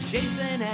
Jason